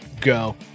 Go